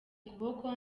ukuboko